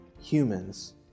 humans